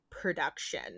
production